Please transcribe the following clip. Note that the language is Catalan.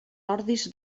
ordis